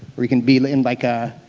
where you can be like in like a,